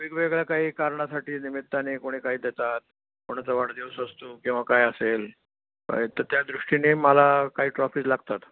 वेगवेगळ्या काही कारणासाठी निमित्ताने कोणी काही देतात कोणाचा वाढदिवस असतो किंवा काय असेल त रत्या दृष्टीने मला काही ट्रॉफीज लागतात